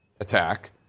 attack